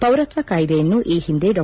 ಪೌರತ್ವ ಕಾಯ್ದೆಯನ್ನು ಈ ಹಿಂದೆ ಡಾ